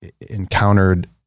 encountered